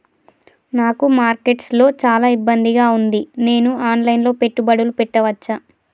నాకు మార్కెట్స్ లో చాలా ఇబ్బందిగా ఉంది, నేను ఆన్ లైన్ లో పెట్టుబడులు పెట్టవచ్చా?